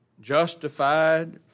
justified